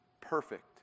perfect